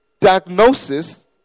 diagnosis